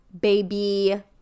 baby